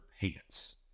pants